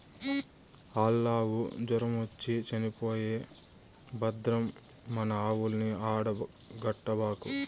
ఆల్లావు జొరమొచ్చి చచ్చిపోయే భద్రం మన ఆవుల్ని ఆడ కట్టబాకు